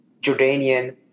Jordanian